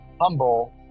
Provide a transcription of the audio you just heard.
humble